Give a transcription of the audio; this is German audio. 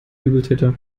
übeltäter